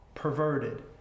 Perverted